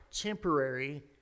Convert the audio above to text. temporary